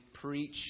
preach